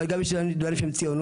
אבל גם יש דברים שהם ציונות.